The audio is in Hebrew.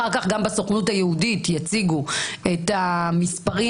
אחר כך גם בסוכנות היהודית יציגו את המספרים